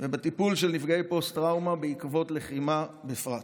ובטיפול בנפגעי פוסט-טראומה בעקבות לחימה בפרט.